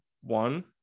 one